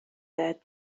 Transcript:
that